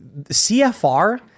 CFR